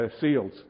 seals